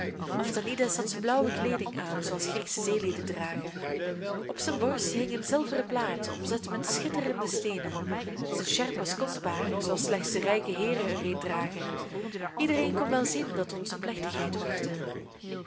aphtanides had zijn blauwe kleeding aan zooals grieksche zeelieden dragen op zijn borst hing een zilveren plaat omzet met schitterende steenen zijn sjerp was kostbaar zooals slechts de rijke heeren er een dragen iedereen kon wel zien dat ons een plechtigheid wachtte